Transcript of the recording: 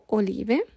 olive